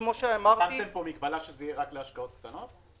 שמתם פה מגבלה שזה יהיה רק להשקעות קטנות?